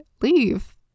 leave